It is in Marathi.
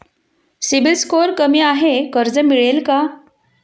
सिबिल स्कोअर कमी आहे कर्ज मिळेल का?